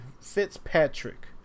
Fitzpatrick